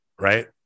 Right